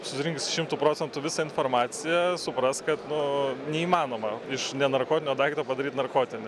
susirinks šimtu procentų visą informaciją supras kad nu neįmanoma iš nenarkotinio daikto padaryt narkotinį